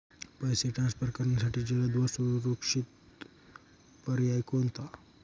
पैसे ट्रान्सफर करण्यासाठी जलद व सुरक्षित पर्याय कोणता?